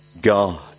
God